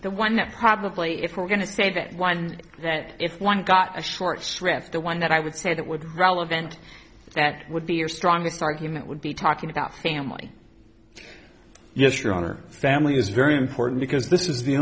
the one that probably if we're going to say that one that if one got a short script the one that i would say that would relevant that would be your strongest argument would be talking about family yes your honor family is very important because this is the